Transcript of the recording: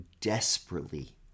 desperately